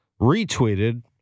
retweeted